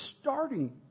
starting